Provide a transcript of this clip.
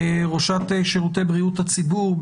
ראש שירותי בריאות הציבור,